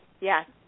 Yes